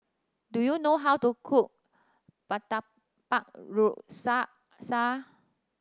do you know how to cook Murtabak Rusa